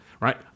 Right